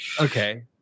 Okay